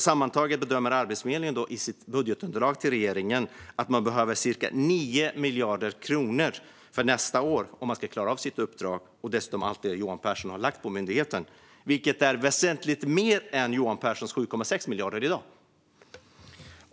Sammantaget bedömer Arbetsförmedlingen i sitt budgetunderlag till regeringen att man behöver cirka 9 miljarder kronor för nästa år om man ska klara av sitt uppdrag och dessutom klara allt det som Johan Pehrson har lagt på myndigheten. Det är väsentligt mer än Johan Pehrsons 7,6 miljarder i dag.